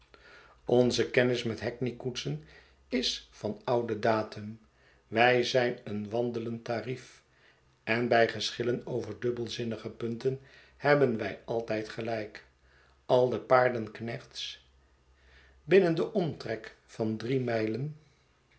onze kennis met hackney koetsen is van ouden datum wij zijn een wan del end tarief en bij geschillen over dubbelzinnige punten hebben wij altijd gelijk al de paardenknechts binnen den omtrek van drie mijlen